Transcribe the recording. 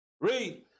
Read